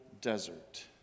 desert